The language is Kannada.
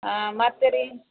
ಹಾಂ ಮತ್ತೆ ರೀ